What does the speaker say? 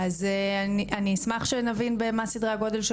אז אני אשמח שנבין מה סדרי הגודל של